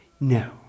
no